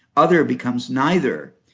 other becomes neither.